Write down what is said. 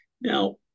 Now